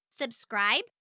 Subscribe